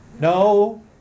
No